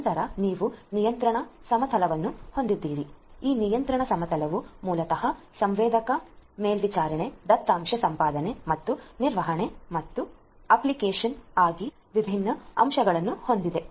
ನಂತರ ನೀವು ನಿಯಂತ್ರಣ ಸಮತಲವನ್ನು ಹೊಂದಿದ್ದೀರಿ ಈ ನಿಯಂತ್ರಣ ಸಮತಲವು ಮೂಲತಃ ಸೆನ್ಸರ್ ಮೇಲ್ವಿಚಾರಣೆ ದತ್ತಾಂಶ ಸಂಪಾದನೆ ಮತ್ತು ನಿರ್ವಹಣೆ ಮತ್ತು ಆಪ್ಟಿಮೈಸೇಶನ್ಗಾಗಿ ವಿಭಿನ್ನ ಅಂಶಗಳನ್ನು ಹೊಂದಿದೆ